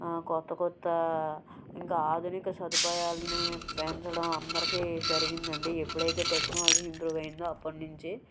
క్రొత్త క్రొత్త సదుపాయాలని పెంచడం అందరికీ జరిగింది అండి ఎప్పుడు అయితే టెక్నాలజీ ఇంప్రూవ్ అయిందో అప్పటి నుంచి